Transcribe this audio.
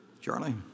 Charlie